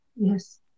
Yes